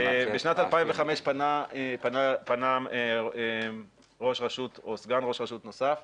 בשנת 2005 פנה ראש רשות או סגן ראש רשות נוסף,